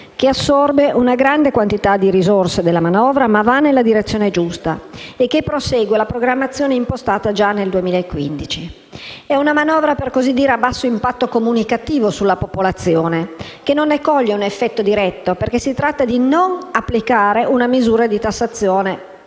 che assorbe una grande quantità di risorse della manovra ma va nella direzione giusta e prosegue la programmazione impostata già nel 2015. È una manovra, per così dire, a basso impatto comunicativo sulla popolazione, che non ne coglie un effetto diretto, perché si tratta di non applicare una misura di tassazione in